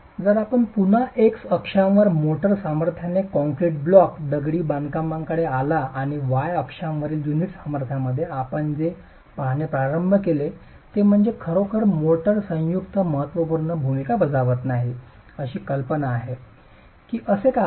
जर आपण पुन्हा एक्स अक्षांवर मोर्टार सामर्थ्याने कॉंक्रेट ब्लॉक दगडी बांधकामाकडे आला आणि y अक्षांवरील युनिट सामर्थ्याने आपण जे पाहणे प्रारंभ केले ते म्हणजे खरोखर मोर्टार संयुक्त महत्त्वपूर्ण भूमिका बजावत नाही अशी कल्पना आहे की असे का आहे